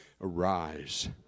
arise